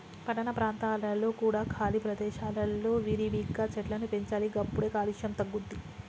పట్టణ ప్రాంతాలలో కూడా ఖాళీ ప్రదేశాలలో విరివిగా చెట్లను పెంచాలి గప్పుడే కాలుష్యం తగ్గుద్ది